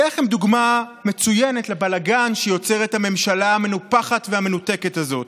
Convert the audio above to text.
אני אתן לכם דוגמה מצוינת לבלגן שיוצרת הממשלה המנופחת והמנותקת הזאת.